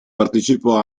partecipò